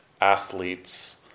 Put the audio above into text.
athletes